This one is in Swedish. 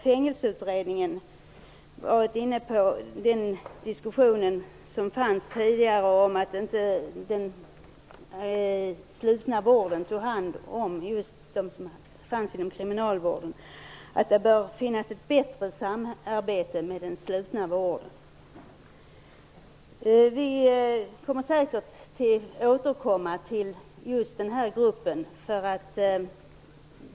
Fängelseutredningen har också varit inne på den diskussion som förts tidigare om att den slutna vården inte tog hand om dem som fanns inom kriminalvården. Det bör alltså vara ett bättre samarbete med den slutna vården. Vi kommer säkert att återkomma till denna grupp.